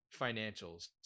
financials